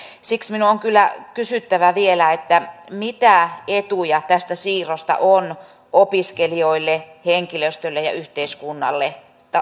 siksi minun on kyllä kysyttävä vielä mitä etuja tästä siirrosta on opiskelijoille henkilöstölle ja ja yhteiskunnalle